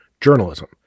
journalism